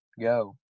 go